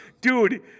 dude